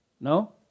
no